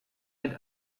mit